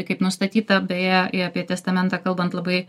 kaip nustatyta beje į apie testamentą kalbant labai